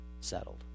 settled